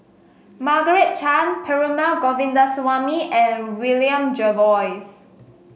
Margaret Chan Perumal Govindaswamy and William Jervois